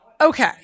Okay